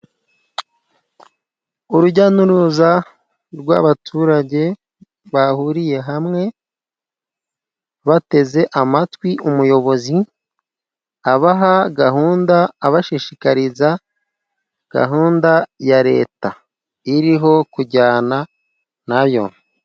Urujya n'uruza rw'abaturage bahuriye hamwe bateze amatwi umuyobozi abaha gahunda abashishikariza gahunda ya Leta iriho kujyana nayo.